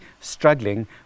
struggling